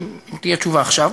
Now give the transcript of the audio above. אם תהיה תשובה עכשיו.